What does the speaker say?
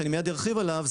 שאני מיד ארחיב עליו,